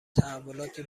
تحولاتی